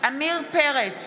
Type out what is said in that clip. עמיר פרץ,